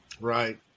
right